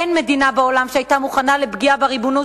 אין מדינה בעולם שהיתה מוכנה לפגיעה בריבונות